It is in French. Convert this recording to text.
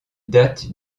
date